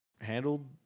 handled